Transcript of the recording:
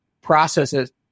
processes